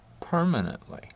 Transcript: Permanently